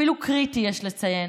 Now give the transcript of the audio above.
אפילו קריטי, יש לציין,